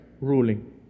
ruling